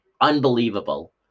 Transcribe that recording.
Unbelievable